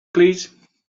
please